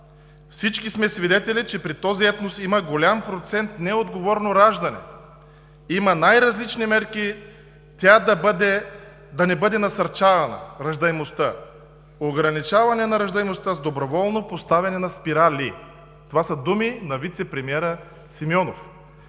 Всички сме свидетели, че при този етнос има голям процент неотговорно раждане. Има най-различни мерки раждаемостта да не бъде насърчавана – ограничаване на раждаемостта с доброволно поставяне на спирали.“ Това са думи на вицепремиера Симеонов.